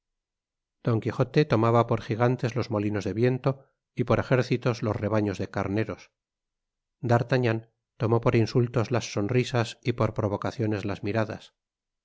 don quijote tomaba por gigantes los molinos de viento y por ejércitos los rebaños de carneros d'artagnan tomó por insultos las sonrisas y por provocacaciones las miradas